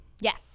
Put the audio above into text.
Yes